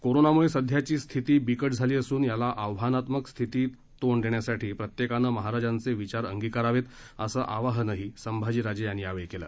कोरोनामुळे सध्याची स्थिती बिकट झाली असून याला आव्हानात्मक स्थितीला तोंड देण्यासाठी प्रत्येकानं महाराजांचे विचार अंगिकारावं असं आवाहनही संभाजीराजे यांनी यावेळी केलं